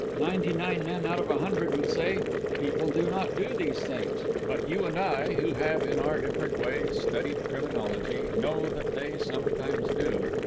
ninety-nine men out of a hundred would say people do not do these things but you and i, who have in our different ways studied criminology, know that they sometimes do,